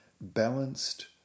balanced